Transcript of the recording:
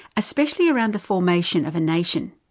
especially around the formation of a nation.